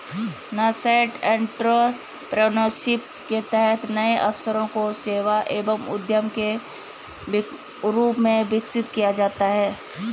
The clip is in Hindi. नासेंट एंटरप्रेन्योरशिप के तहत नए अवसरों को सेवा एवं उद्यम के रूप में विकसित किया जाता है